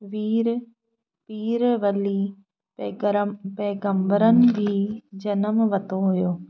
वीर वीर वली पेगरम पेगंबरन जी जनम वरितो हुओ